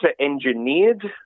engineered